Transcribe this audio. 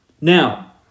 Now